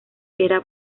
era